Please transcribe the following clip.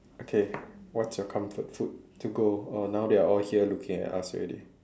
okay what's your comfort food to go oh now they are all here looking at us already